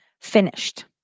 finished